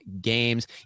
games